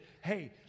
hey